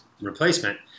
replacement